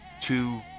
two